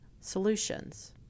solutions